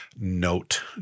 Note